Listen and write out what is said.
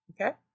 Okay